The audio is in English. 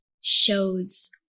shows